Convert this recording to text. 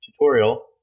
tutorial